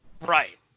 Right